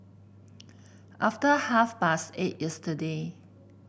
after half past eight yesterday